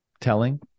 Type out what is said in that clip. telling